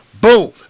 Boom